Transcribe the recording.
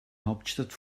hauptstadt